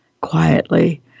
quietly